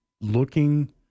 looking